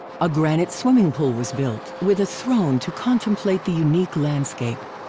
a granite swimming pool was built, with a throne to contemplate the unique landscape.